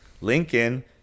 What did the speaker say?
Lincoln